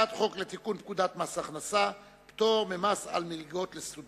הצעת חוק לתיקון פקודת מס הכנסה (מס' 165) (פטור ממס על מלגה לסטודנט),